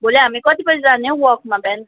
भोलि हामी कति बजी जाने हौ वल्कमा बिहान